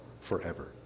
forever